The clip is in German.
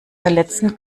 verletzen